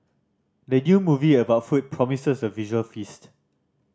the new movie about food promises a visual feast